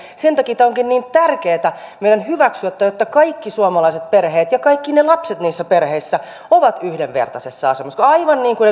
sen takia tämä onkin niin tärkeätä meidän hyväksyä että kaikki suomalaiset perheet ja kaikki ne lapset niissä perheissä ovat yhdenvertaisessa asemassa